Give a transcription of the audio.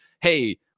hey